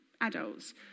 adults